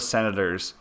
Senators